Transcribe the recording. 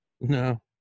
No